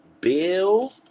Bill